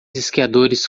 esquiadores